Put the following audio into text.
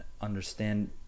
understand